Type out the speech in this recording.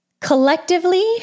collectively